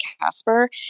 Casper